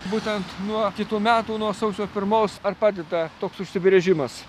būtent nuo kitų metų nuo sausio pirmos ar padeda toks užsibrėžimas